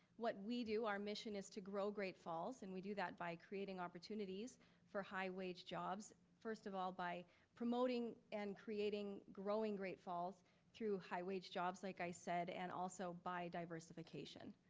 what we do, our mission is to grow great falls and we do that by creating opportunities for high wage jobs, first of all, by promoting and creating growing great falls through high wage jobs like i said, and also by diversification.